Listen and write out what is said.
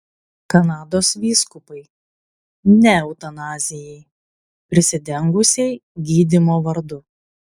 kanados vyskupai ne eutanazijai prisidengusiai gydymo vardu